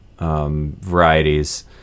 varieties